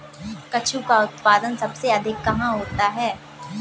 कद्दू का उत्पादन सबसे अधिक कहाँ होता है?